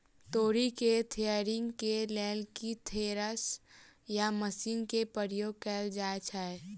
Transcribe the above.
तोरी केँ थ्रेसरिंग केँ लेल केँ थ्रेसर या मशीन केँ प्रयोग कैल जाएँ छैय?